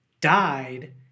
died